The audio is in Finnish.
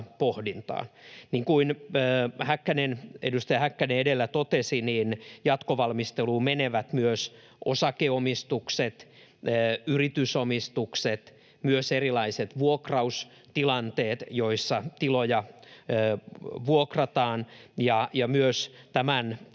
Niin kuin edustaja Häkkänen edellä totesi, jatkovalmisteluun menevät myös osakeomistukset, yritysomistukset ja myös erilaiset vuokraustilanteet, joissa tiloja vuokrataan. Tämän